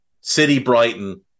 City-Brighton